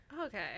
Okay